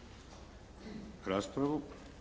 raspravu.